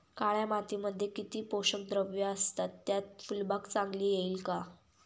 काळ्या मातीमध्ये किती पोषक द्रव्ये असतात, त्यात फुलबाग चांगली येईल का?